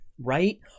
right